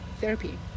Therapy